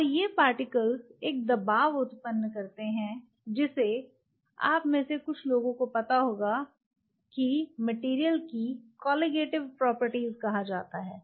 और ये पार्टिकल्स एक दबाव उत्पन्न करते हैं जिसे आप में से कुछ लोगों को पता होगा कि मटेरियल की कोलीगेटिव प्रॉपर्टीज कहा जाता है